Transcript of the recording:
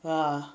ah